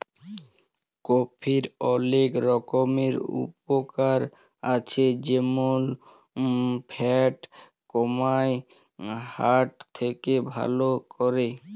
কফির অলেক রকমের উপকার আছে যেমল ফ্যাট কমায়, হার্ট কে ভাল ক্যরে